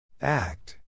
Act